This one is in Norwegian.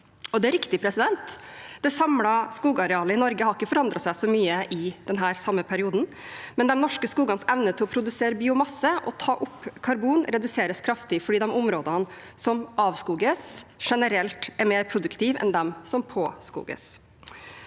Det er riktig; det samlede skogarealet i Norge har ikke forandret seg så mye i denne perioden. Men de norske skogenes evne til å produsere biomasse og ta opp karbon reduseres kraftig, fordi områdene som avskoges, generelt er mer produktive enn de som påskoges.